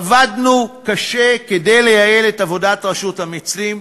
עבדנו קשה כדי לייעל את עבודת רשות המסים,